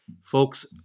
folks